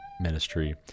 Ministry